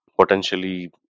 potentially